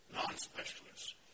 non-specialists